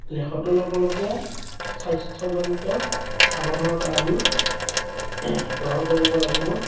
লেখতো ল'বলগীয়া স্বাস্থ্যজনিত সাৱধানতা আমি গ্ৰহণ কৰিব লাগিব ধন্যবাদ